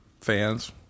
Fans